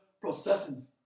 processing